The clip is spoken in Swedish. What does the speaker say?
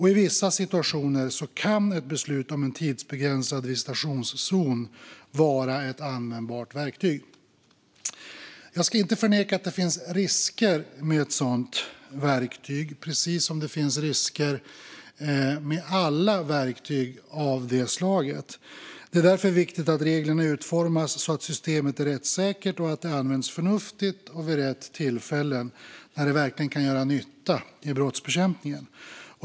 I vissa situationer kan ett beslut om en tidsbegränsad visitationszon vara ett användbart verktyg. Jag ska inte förneka att det finns risker med ett sådant verktyg, precis som det finns risker med alla verktyg av det slaget. Det är därför viktigt att reglerna utformas så att systemet är rättssäkert och så att det används förnuftigt och vid rätt tillfällen, när det verkligen kan göra nytta i brottsbekämpningen.